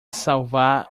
salvar